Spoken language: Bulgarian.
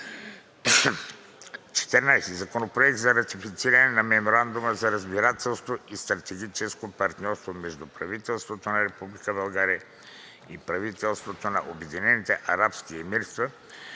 14. Законопроект за ратифициране на Меморандума за разбирателство за стратегическо партньорство между правителството на Република България и правителството на Обединените арабски емирства.